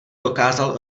dokázal